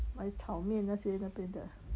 卖炒面那些那边的